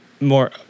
More